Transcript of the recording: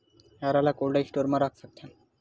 हरा ल cold store म रख सकथन?